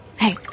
Hey